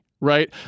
right